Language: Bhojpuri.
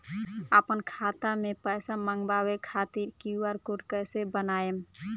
आपन खाता मे पैसा मँगबावे खातिर क्यू.आर कोड कैसे बनाएम?